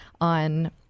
on